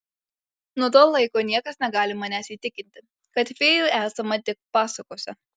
nuo to laiko niekas negali manęs įtikinti kad fėjų esama tik pasakose